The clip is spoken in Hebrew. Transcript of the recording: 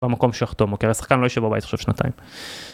במקום שיחתום, כי הרי השחקן לא ישב בבית עכשיו שנתיים.